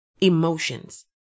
emotions